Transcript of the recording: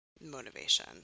motivation